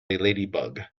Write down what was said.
ladybug